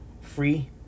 free